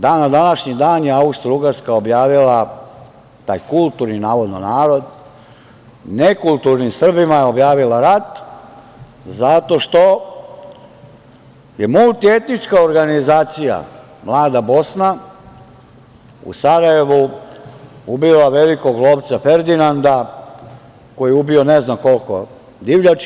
Da, na današnji dan je Austrougarska objavila, taj kulturni navodno narod, nekulturnim Srbima je objavila rat zato što je multietnička organizacija „Mlada Bosna“ u Sarajevu ubila velikog lovca Ferdinanda, koji je ubio ne znam koliko divljači.